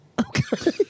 Okay